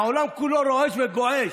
כשהעולם כולו רועש וגועש,